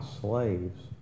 slaves